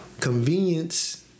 Convenience